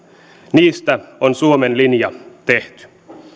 niistä on suomen linja tehty